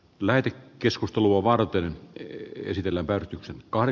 lähempi keskustelua varten ei esitellä ar ka ar